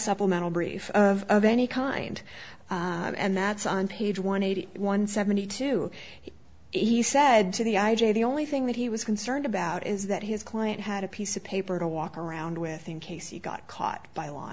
supplemental brief of any kind and that's on page one eighty one seventy two he said to the i j a the only thing that he was concerned about is that his client had a piece of paper to walk around with in case he got caught by law